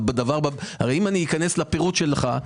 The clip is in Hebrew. אם אני אכנס לפירוט שלך,